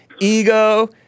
ego